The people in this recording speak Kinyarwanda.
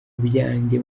byanjye